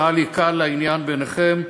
ואל יקל הדבר בעיניכם,